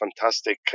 fantastic